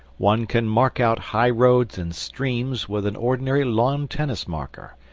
one can mark out high roads and streams with an ordinary lawn-tennis marker,